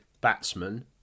batsman